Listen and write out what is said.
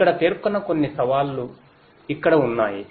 ఇక్కడ పేర్కొన్న కొన్ని సవాళ్లు ఇక్కడ ఉన్నాయి